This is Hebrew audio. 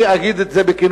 אני אגיד את זה בכנות,